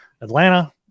atlanta